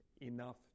enough